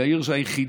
היא העיר היחידה